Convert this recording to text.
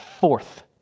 fourth